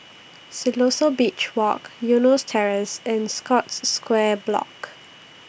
Siloso Beach Walk Eunos Terrace and Scotts Square Block